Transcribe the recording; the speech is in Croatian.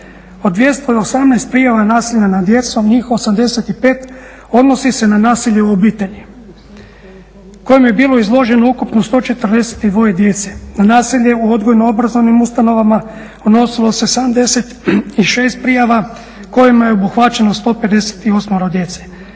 Od 218 prijava nasilja nad djecom njih 85 odnosi se na nasilje u obitelji kojem je bilo izloženo ukupno 142 djece. Na nasilje u odgojno-obrazovnim ustanovama odnosilo se 76 prijava kojima je obuhvaćeno 158 djece,